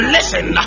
Listen